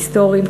היסטוריים,